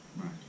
right